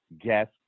guest